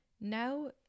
now